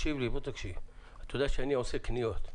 אתה יודע שאני עושה קניות.